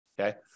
okay